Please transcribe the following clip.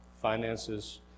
finances